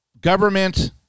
government